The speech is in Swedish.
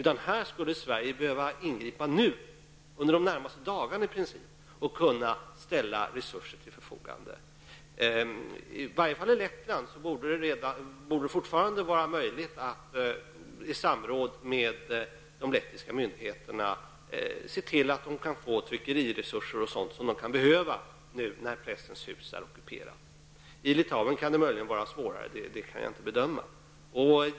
Sverige skulle i princip kunna ingripa inom de närmaste dagarna och ställa resurser till förfogande. Det borde i varje fall i Lettland fortfarande vara möjligt att i samråd med de lettiska myndigheterna se till att man där får tryckeriresurser och liknande som nu kan behövas när Pressens hus är ockuperat. I Litauen kan detta möjligen vara svårare; det kan jag inte bedöma.